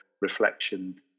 reflection